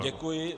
Děkuji.